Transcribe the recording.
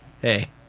hey